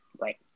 Right